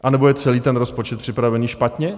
Anebo je celý ten rozpočet připravený špatně?